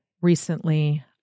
recently